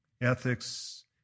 ethics